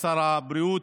ושר הבריאות,